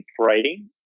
writing